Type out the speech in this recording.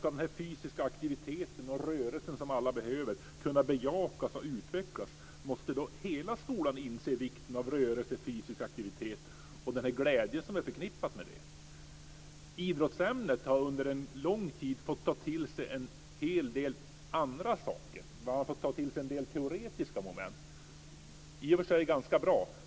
Ska den fysiska aktivitet och rörelse som alla behöver kunna bejakas och utvecklas måste, menar jag, hela skolan inse vikten av rörelse och fysisk aktivitet och den glädje som är förknippad med detta. Idrottsämnet har under en lång tid fått ta till sig en hel del andra saker, t.ex. olika teoretiska moment. Detta är i och för sig ganska bra.